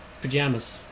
pajamas